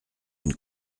une